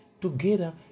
together